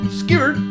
skewer